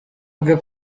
bwe